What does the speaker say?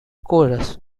chorus